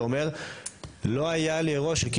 שאומר לא היה לי ראש.